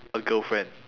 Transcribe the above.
a girlfriend